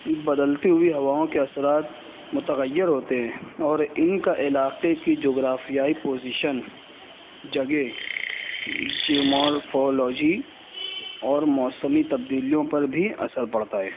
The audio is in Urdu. بدلتی ہوئی ہواؤں کے اثرات متغیر ہوتے ہیں اور ان کا علاقے کی جغرافیائی پوزیشن جگہ جیومارفولوجی اور موسمی تبدیلیوں پر بھی اثر پڑتا ہے